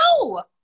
no